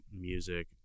music